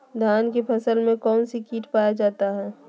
धान की फसल में कौन सी किट पाया जाता है?